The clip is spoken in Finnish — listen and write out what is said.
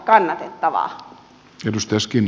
arvoisa puhemies